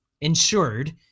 insured